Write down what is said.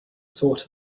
sort